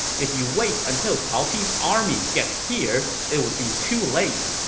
if you wait until cao pi's army gets here, it would be too late